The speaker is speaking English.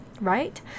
right